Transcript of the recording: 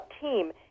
team